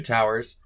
Towers